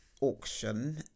auction